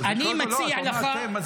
אתה אומר אתם,